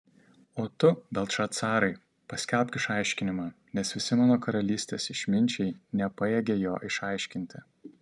o tu beltšacarai paskelbk išaiškinimą nes visi mano karalystės išminčiai nepajėgia jo išaiškinti